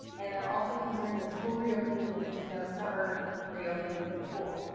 and they're also concerned that school reopening means no summer reopening for the pools.